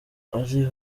ari